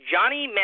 Johnny